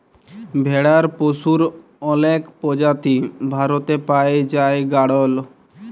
ভেড়ার পশুর অলেক প্রজাতি ভারতে পাই জাই গাড়ল